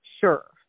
Sure